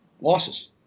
losses